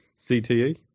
CTE